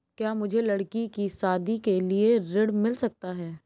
क्या मुझे लडकी की शादी के लिए ऋण मिल सकता है?